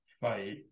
fight